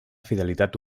fidelitat